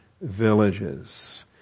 villages